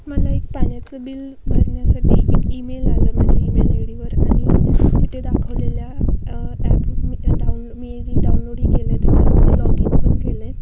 मला एक पाण्याचं बिल भरण्यासाठी एक ईमेल आलं माझ्या ईमेल आय डीवर आणि तिथे दाखवलेल्या ॲप डाऊन मेडी डाउनलोडही केलं आहे त्याच्यामुळे लॉग इन पण केलं आहे